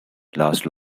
last